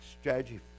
strategy